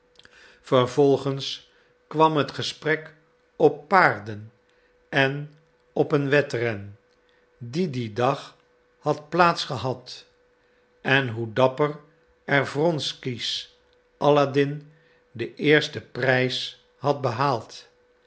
vervolgens kwam het gesprek op paarden en op een wedren die dien dag had plaats gehad en hoe dapper er wronsky's alladin den eersten prijs had behaald